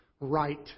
right